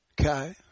Okay